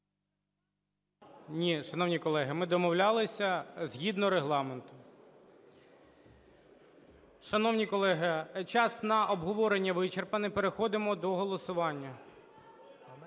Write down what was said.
Ні, шановні колеги, ми домовлялися, згідно Регламенту. Шановні колеги, час на обговорення вичерпаний. Переходимо до голосування.